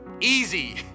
Easy